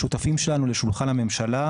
השותפים שלנו לשולחן הממשלה,